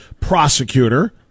prosecutor